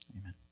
amen